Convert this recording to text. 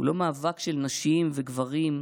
הוא לא מאבק של נשים וגברים,